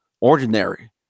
ordinary